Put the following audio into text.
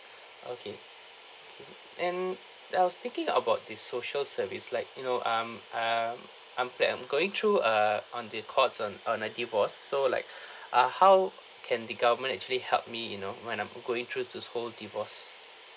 okay and I was thinking about the social service like you know I'm I'm I'm plan~ I'm going through uh on the courts on on a divorce so like ah how can the government actually help me you know when I'm g~ going through this whole divorce